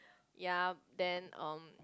ya then um